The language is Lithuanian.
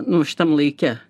nu šitam laike